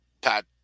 pat